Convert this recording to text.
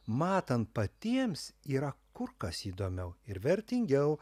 matant patiems yra kur kas įdomiau ir vertingiau